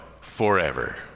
forever